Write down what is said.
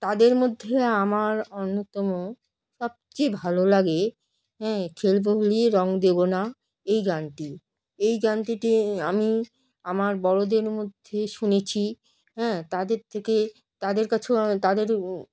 তাদের মধ্যে আমার অন্যতম সবচেয়ে ভালো লাগে হ্যাঁ খেলব হোলি রং দেব না এই গানটি এই গানটিতে আমি আমার বড়োদের মধ্যে শুনেছি হ্যাঁ তাদের থেকে তাদের কাছেও তাদের